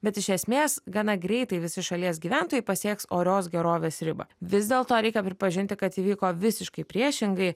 bet iš esmės gana greitai visi šalies gyventojai pasieks orios gerovės ribą vis dėlto reikia pripažinti kad įvyko visiškai priešingai